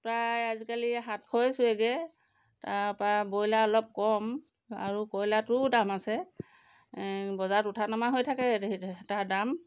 প্ৰায় আজিকালি সাতশই চুৱেগৈ তাৰপা ব্ৰইলাৰ অলপ কম আৰু কয়লাৰটোও দাম আছে বজাৰত উঠা নমা হৈ থাকে সেইটো সেইটো তাৰ দাম